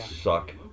suck